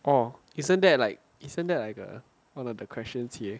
oh isn't that like isn't that like uh one of the questions here